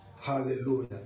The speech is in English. Hallelujah